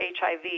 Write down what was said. HIV